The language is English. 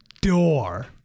door